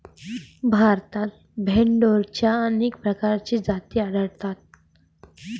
भारतात भेडोंच्या अनेक प्रकारच्या जाती आढळतात